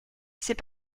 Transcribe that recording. c’est